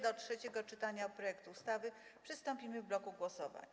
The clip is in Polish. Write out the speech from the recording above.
Do trzeciego czytania projektu ustawy przystąpimy w bloku głosowań.